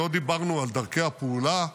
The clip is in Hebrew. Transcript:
לא דיברנו על דרכי הפעולה,